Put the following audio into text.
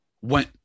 went